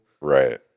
Right